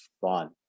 fun